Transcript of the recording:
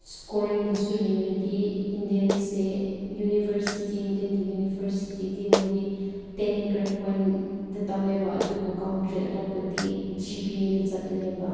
ꯏꯁꯀꯣꯔꯤꯡꯗꯁꯨ ꯌꯦꯡꯂꯗꯤ ꯏꯟꯗꯤꯌꯥꯟꯁꯦ ꯌꯨꯅꯤꯚꯔꯁꯤꯇꯤ ꯏꯟꯗꯤꯌꯥꯟꯒꯤ ꯌꯨꯅꯤꯚꯔꯁꯤꯇꯤꯗꯤ ꯃꯣꯏꯗꯤ ꯇꯦꯟ ꯒ꯭ꯔꯦꯠ ꯄꯣꯏꯟꯗ ꯇꯧꯋꯦꯕ ꯑꯗꯨꯕꯨ ꯀꯣꯟꯇ꯭ꯔꯤ ꯑꯇꯣꯞꯄꯗꯤ ꯖꯤ ꯄꯤ ꯑꯦꯗ ꯆꯠꯂꯦꯕ